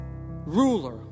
ruler